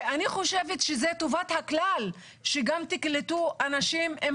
ואני חושבת שזה טובת הכלל שגם תקלטו אנשים עם